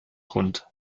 grund